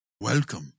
welcome